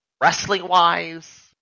wrestling-wise